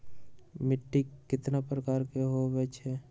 मिट्टी कतना प्रकार के होवैछे?